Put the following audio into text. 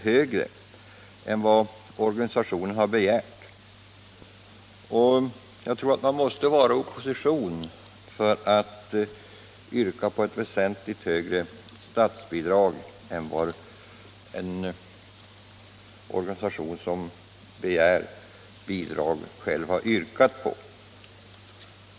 högre än vad organisationen har begärt. Jag tror att man måste vara i opposition för att yrka på ett väsentligt högre statsbidrag än vad en organisation som begär bidrag själv har yrkat på.